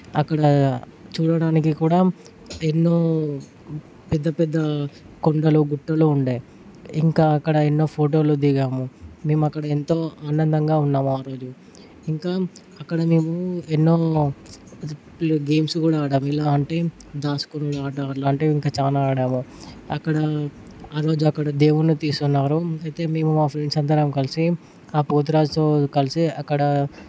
అక్కడ చూడటానికి కూడా ఎన్నో పెద్ద పెద్ద కొండలు గుట్టలు ఉండే ఇంకా అక్కడ ఎన్నో ఫోటోలు దిగాము మేము అక్కడ ఎంతో ఆనందంగా ఉన్నాము ఆరోజు ఇంకా అక్కడ మేము ఎన్నో గేమ్స్ కూడా ఆడాము ఎలా అంటే దాని దాచుకొని ఆట అలాంటివి ఇంకా చాలా ఆడాము అక్కడ ఆరోజు అక్కడ దేవున్ని తీసుకొన్నారు అయితే మేము మా ఫ్రెండ్స్ అందరం కలిసి ఆ పోతురాజుతో కలిసి అక్కడ